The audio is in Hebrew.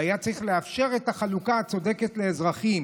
הוא היה צריך לאפשר את החלוקה הצודקת לאזרחים.